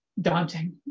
daunting